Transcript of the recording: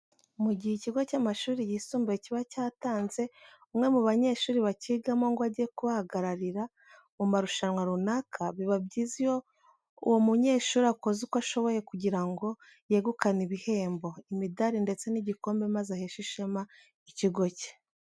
Mu gihe ikigo cy'amashuri yisumbuye kiba cyatanze umwe mu banyeshuri bakigamo ngo ajye kubahagararira mu marushanwa runaka, biba byiza iyo uwo munyeshuri akoze uko ashoboye kugira ngo yegukane ibihembo, imidari ndetse n'igikombe maze aheshe ishema ikigo cye.